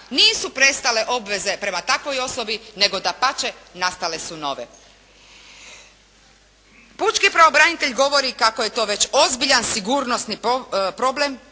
nisu prestale obveze prema takvoj osobi, nego dapače nastale su nove. Pučki pravobranitelj govori kako je to već ozbiljan sigurnosni problem